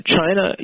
China